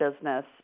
business